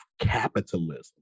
capitalism